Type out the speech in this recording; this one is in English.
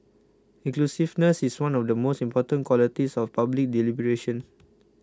inclusiveness is one of the most important qualities of public deliberation